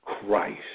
Christ